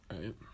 right